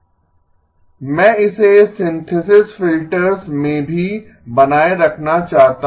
¿ मैं इसे synthesis filters में भी बनाए रखना चाहता हूं